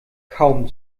kaum